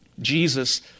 Jesus